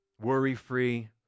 worry-free